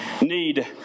need